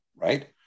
right